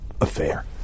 affair